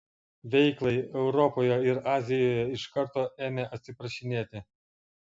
veiklai europoje ir azijoje iš karto ėmė atsiprašinėti